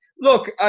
Look